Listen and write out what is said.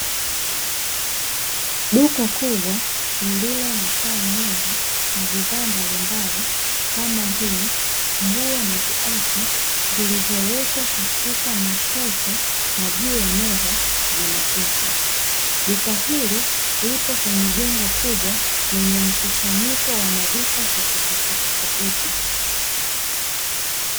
Duka kubwa lililo na taa nyingi na bidhaa mbalimbali, kama vile; nguo na viatu, vilivyowekwa katika mashelfu na juu ya meza, zinauzwa. Duka hili lipo kwenye jengo kubwa, lenye mkusanyiko wa maduka tofautitofauti.